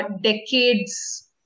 decades